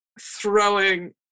throwing